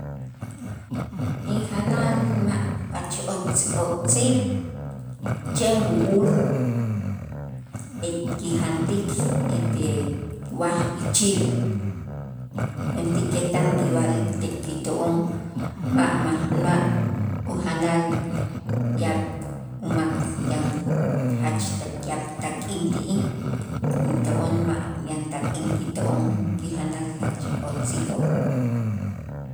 Injanal ma' jach otz- o'tzil chen b'u'ul et' kijantik ete waj ichil, mentäkej tan kiwa'lik te kito'on ma' maj ma' ujanal yaab' umak yan jach yaab' tak'in ti'ij into'on ma' yan tak'in kito'on kijanal jach o'tziloo'.